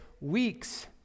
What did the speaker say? weeks